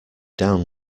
down